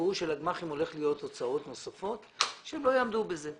הפירוש הוא שלגמ"חים הולכות להיות הוצאות נוספות שהם לא יעמדו בהן.